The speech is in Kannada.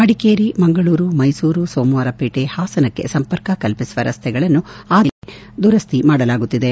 ಮಡಿಕೇರಿ ಮಂಗಳೂರು ಮೈಸೂರು ಸೋಮವಾರಪೇಟೆ ಹಾಸನಕ್ಕೆ ಸಂಪರ್ಕ ಕಲ್ಪಿಸುವ ರಸ್ತೆಗಳನ್ನು ಆದ್ಯತೆಯ ಮೇಲೆ ದುರಸ್ವಿ ಮಾಡಲಾಗುತ್ತಿದೆ